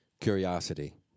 curiosity